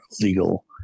legal